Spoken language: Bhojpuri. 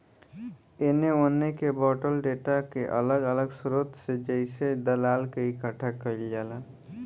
एने ओने के बॉटल डेटा के अलग अलग स्रोत से जइसे दलाल से इकठ्ठा कईल जाला